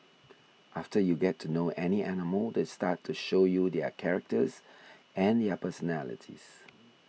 after you get to know any animal they start to show you their characters and their personalities